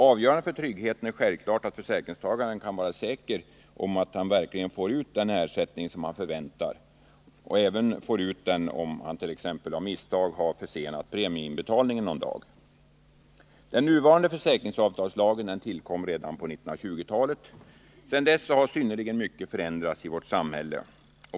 Avgörande för tryggheten är självklart att försäkringstagaren kan vara säker på att han verkligen får ut den ersättning som han förväntar sig, även om han t.ex. av misstag försenat premieinbetalningen någon dag. Nuvarande försäkringsavtalslag tillkom redan på 1920-talet. Sedan dess har synnerligen mycket förändrats i samhället.